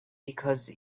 because